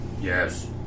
Yes